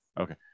Okay